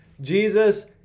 Jesus